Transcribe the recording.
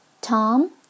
Tom